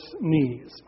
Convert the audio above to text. knees